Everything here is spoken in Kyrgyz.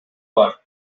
бар